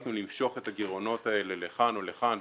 הצלחנו למשוך את הגירעונות האלה לכאן או לכאן,